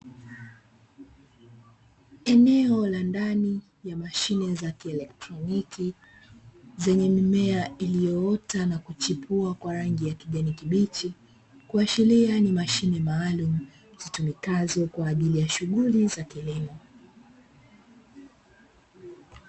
Eneo la ndani ya mashine za kielektroniki, zenye mimea iliyoota na kuchipua kwa rangi ya kijani kibichi, kuashiria ni mashine maalumu, zitumikazo kwa ajili ya shughuli za kilimo.